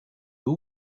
who